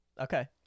Okay